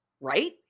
right